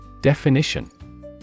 Definition